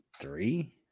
three